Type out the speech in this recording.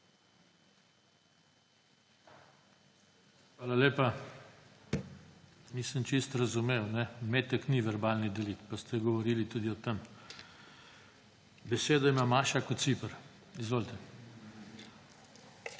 Hvala lepa. Nisem čisto razumel. Metek ni verbalni delikt, pa ste govorili tudi o tem. Besedo ima Maša Kociper. Izvolite.